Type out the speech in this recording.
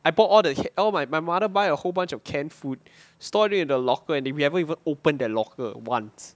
I bought all the all my my mother buy a whole bunch of canned food store it in the locker and we never even open that locker once